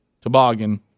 toboggan